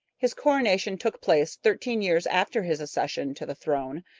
his coronation took place thirteen years after his accession to the throne,